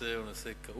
הנושא הוא אכן נושא כאוב,